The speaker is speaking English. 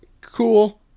Cool